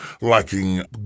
lacking